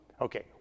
Okay